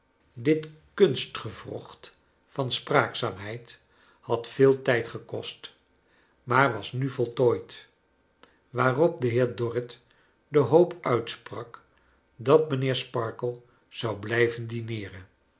dit kunstgewrocht van spraakzaamheid had veel tijd gekost maar was nu voltooid waarop de heer dorrit de hoop uitsprak dat mijnheer sparkler zou blijven dineeren